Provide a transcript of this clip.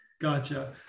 Gotcha